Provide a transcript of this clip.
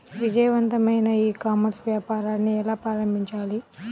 విజయవంతమైన ecommerce వ్యాపారాన్ని ఎలా ప్రారంభించాలి?